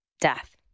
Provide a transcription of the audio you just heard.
death